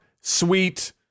sweet